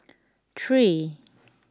three